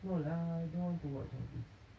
what lah you don't want to watch like this